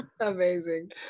Amazing